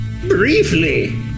Briefly